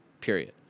period